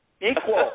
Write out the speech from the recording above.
Equal